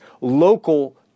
local